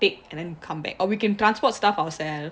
take and then come back or we can transport stuff ourself